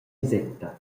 viseta